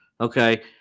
okay